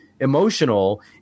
emotional